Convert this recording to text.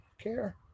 care